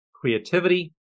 creativity